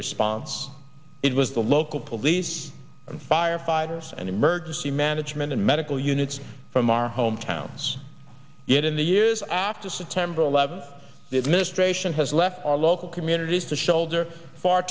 response it was the local police and firefighters and emergency management and medical units from our hometowns it in the years after september eleventh the administration has left our local communities to shoulder far